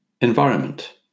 Environment